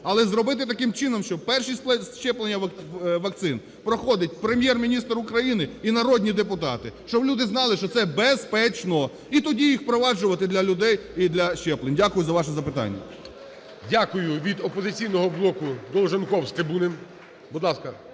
Але зробити таким чином, що перші щеплення вакцин проходить Прем'єр-міністр України і народні депутати, щоб люди знали, що це безпечно. І тоді їх впроваджувати для людей, і для щеплень. Дякую за ваше запитання. ГОЛОВУЮЧИЙ. Дякую. Від "Опозиційного блоку"Долженков з трибуни.